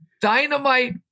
dynamite